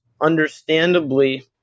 understandably